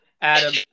Adam